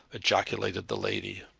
ejaculated the lady.